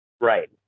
Right